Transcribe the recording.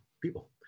people